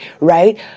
right